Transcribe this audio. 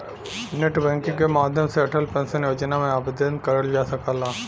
net banking के माध्यम से अटल पेंशन योजना में आवेदन करल जा सकला